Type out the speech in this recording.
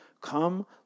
Come